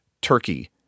turkey